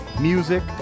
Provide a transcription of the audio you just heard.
music